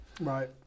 Right